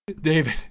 david